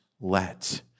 let